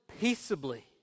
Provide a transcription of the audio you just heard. peaceably